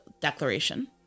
declaration